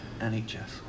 NHS